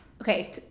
okay